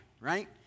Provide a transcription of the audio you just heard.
right